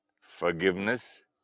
Forgiveness